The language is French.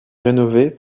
rénovés